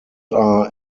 are